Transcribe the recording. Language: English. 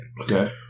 Okay